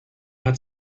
hat